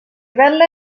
vetla